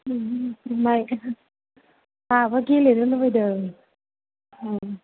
आंहाबो गेलेनो लुबैदों